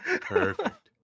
Perfect